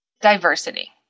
diversity